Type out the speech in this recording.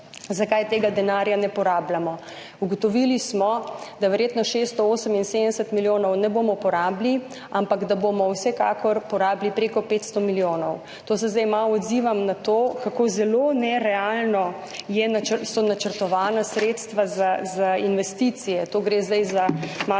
zakaj tega denarja ne porabljamo. Ugotovili smo, da verjetno 678 milijonov ne bomo porabili, ampak da bomo vsekakor porabili prek 500 milijonov. To se zdaj malo odzivam na to, kako zelo nerealno so načrtovana sredstva za investicije. Gre malo